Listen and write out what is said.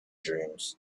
dreams